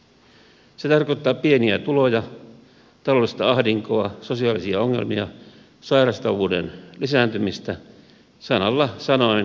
se tarkoittaa pieniä tuloja taloudellista ahdinkoa sosiaalisia ongelmia sairastavuuden lisääntymistä sanalla sanoen